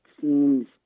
seems